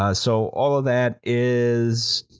ah so all of that is.